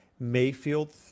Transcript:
Mayfield